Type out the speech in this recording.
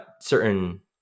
certain